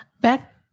back